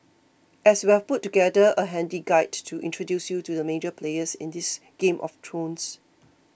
as we have put together a handy guide to introduce you to the major players in this game of thrones